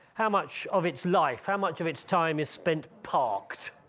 how much of it's life, how much of its time is spend parked?